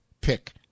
pick